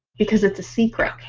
because it's a secret.